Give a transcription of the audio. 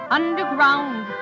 underground